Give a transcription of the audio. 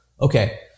Okay